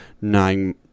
nine